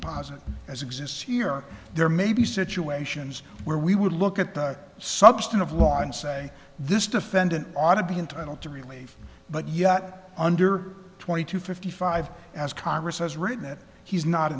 posit as exists here there may be situations where we would look at the substantive law and say this defendant ought to be entitled to relief but yet under twenty two fifty five as congress has written it he's not